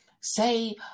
say